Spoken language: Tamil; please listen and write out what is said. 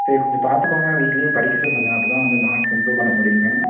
சரி கொஞ்சம் பார்த்துக்கோங்க வீட்லையும் படிக்க சொல்லுங்கள் அப்போ தான் வந்து மார்க்ஸ் இம்ப்ரூவ் பண்ண முடியுங்க